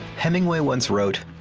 hemmingway once wrote,